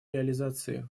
реализации